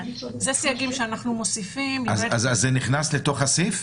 זה נכנס לתוך הסעיף.